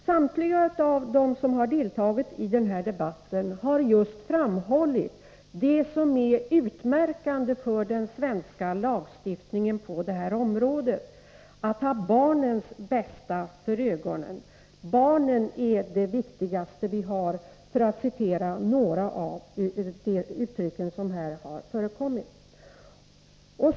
Samtliga deltagare i den här debatten har framhållit just det som är utmärkande för den svenska lagstiftningen på detta område: att ha barnens bästa för ögonen, barnen är det viktigaste vi har — för att upprepa några av de uttryck som har förekommit i debatten.